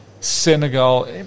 Senegal